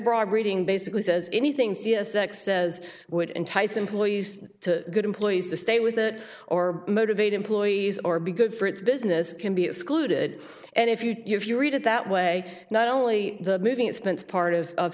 broad reading basically says anything c s that says would entice employees to good employees to stay with that or motivate employees or be good for its business can be excluded and if you if you read it that way not only the moving expense part of